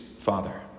father